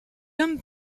homme